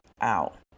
out